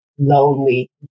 lonely